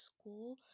school